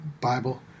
Bible